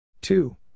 Two